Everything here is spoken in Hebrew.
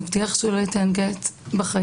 הוא הבטיח שהוא לא ייתן גט בחיים,